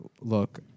Look